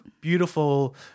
beautiful